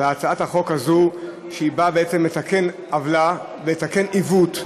על הצעת החוק הזאת, שבאה לתקן עוולה, לתקן עיוות,